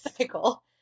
cycle